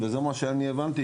יגאל, מה שאני הבנתי,